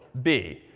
b.